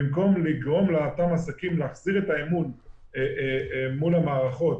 במקום לגרום לאותם עסקים להחזיר את האמון מול המערכות,